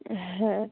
হ্যাঁ